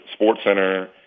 SportsCenter